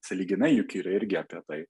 sąlyginai juk ir irgi apie tai